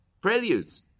preludes